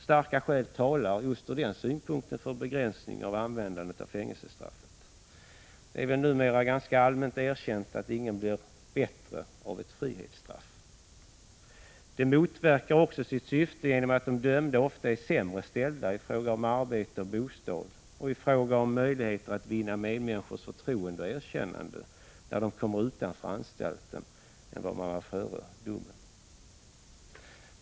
Starka skäl talar för en begränsning av användandet av fängelsestraffet. Det är numera ganska allmänt erkänt att ingen blir bättre av frihetsstraff. Frihetsstraffet motverkar sitt syfte också genom att de dömda ofta är sämre ställda — t.ex. i fråga om arbete och bostad och i fråga om möjligheter att vinna medmänniskors förtroende och erkännande — när de kommer ut från anstalten än de var före domen.